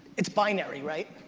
it's binary, right?